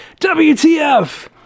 WTF